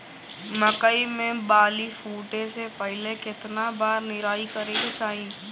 मकई मे बाली फूटे से पहिले केतना बार निराई करे के चाही?